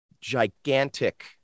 gigantic